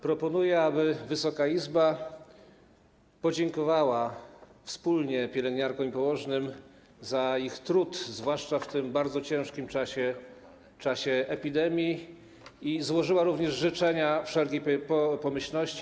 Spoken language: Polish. Proponuję, aby Wysoka Izba podziękowała wspólnie pielęgniarkom i położnym za ich trud, zwłaszcza w tym bardzo ciężkim czasie, czasie epidemii, i złożyła również życzenia wszelkiej pomyślności.